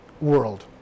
world